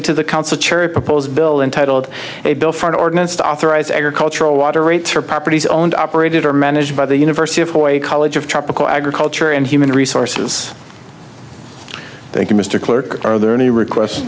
proposed bill and titled a bill for the ordinance to authorize agricultural water rates for properties owned operated or managed by the university of hawaii college of tropical agriculture and human resources thank you mr clerk are there any requests